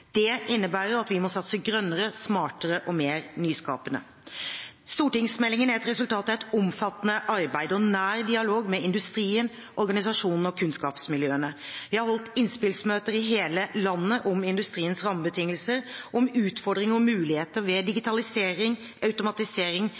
Det innebærer at vi må satse grønnere, smartere og mer nyskapende. Stortingsmeldingen er et resultat av et omfattende arbeid og nær dialog med industrien, organisasjonene og kunnskapsmiljøene. Vi har holdt innspillsmøter i hele landet om industriens rammebetingelser og om utfordringer og muligheter ved